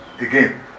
again